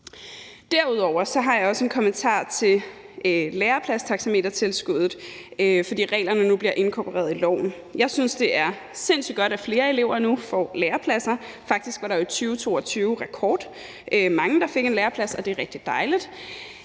Derudover har jeg også en kommentar til lærepladstaxametertilskuddet, fordi reglerne nu bliver inkorporeret i loven. Jeg synes, det er sindssygt godt, at flere elever nu får lærepladser. Faktisk var der jo i 2022 rekordmange, der fik en læreplads, og det er rigtig dejligt,